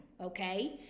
okay